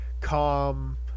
calm